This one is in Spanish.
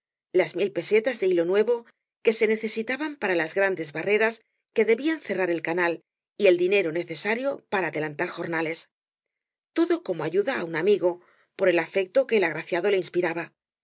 las mil pesetas de hilo nuevo que se necesitaban para las grandes barreras que debían eerrar el canal y el dinero necesario para adelan tar jornales todo como ayuda á un amigo por el afecto que el agraciado le inspiraba